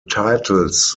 titles